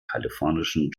kalifornischen